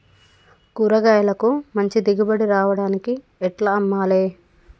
కూరగాయలకు మంచి దిగుబడి రావడానికి ఎట్ల అమ్మాలే?